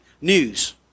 news